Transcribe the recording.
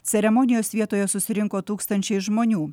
ceremonijos vietoje susirinko tūkstančiai žmonių